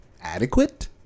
adequate